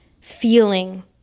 feeling